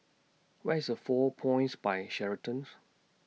Where IS A four Points By Sheraton's